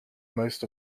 most